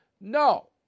no